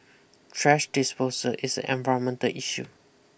thrash disposal is an environmental issue